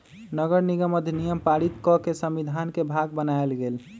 नगरनिगम अधिनियम पारित कऽ के संविधान के भाग बनायल गेल